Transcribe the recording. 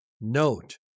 Note